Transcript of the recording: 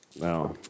No